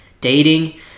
Dating